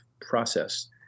process